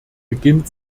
beginnt